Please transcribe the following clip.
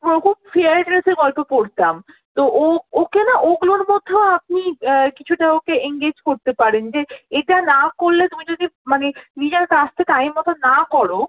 ওরকম ফেয়ারি টেলসের গল্প পড়তাম তো ওকে না ওগুলোর মধ্যেও আপনি কিছুটা ওকে এনগেজ করতে পারেন যে এটা না করলে তুমি যদি মানে নিজের কাজটা টাইম মতো না কর